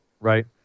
Right